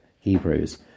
Hebrews